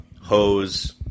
hose